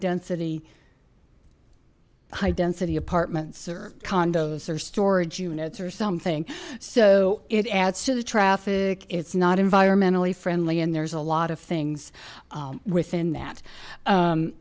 density high density apartments or condos or storage units or something so it adds to the traffic it's not environmentally friendly and there's a lot of things within that